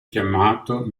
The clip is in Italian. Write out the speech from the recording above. chiamato